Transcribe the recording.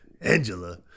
Angela